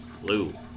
Blue